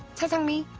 cha sang-mi,